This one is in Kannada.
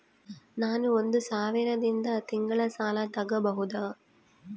ನಾನು ಒಂದು ಸಾವಿರದಿಂದ ತಿಂಗಳ ಸಾಲ ತಗಬಹುದಾ?